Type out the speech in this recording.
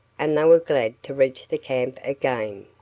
and they were glad to reach the camp again.